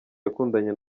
yakundanye